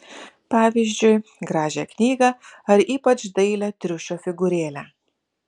pavyzdžiui gražią knygą ar ypač dailią triušio figūrėlę